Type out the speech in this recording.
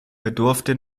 bedurfte